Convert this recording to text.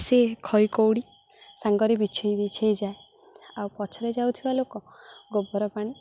ସେ ଖଇ କଉଡ଼ି ସାଙ୍ଗରେ ବିଛାଇ ବିଛାଇ ଯାଏ ଆଉ ପଛରେ ଯାଉଥିବା ଲୋକ ଗୋବର ପାଣି